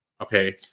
okay